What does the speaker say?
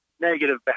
negative